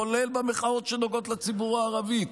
כולל במחאות שנוגעות לציבור הערבי,